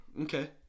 Okay